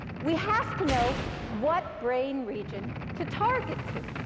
we have to know what brain region to target to.